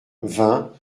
vingt